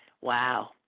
wow